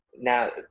Now